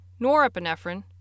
norepinephrine